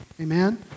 Amen